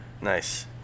Nice